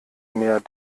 mehr